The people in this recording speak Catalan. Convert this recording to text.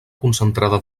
concentrada